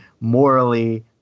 morally